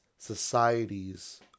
societies